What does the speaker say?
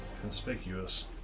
conspicuous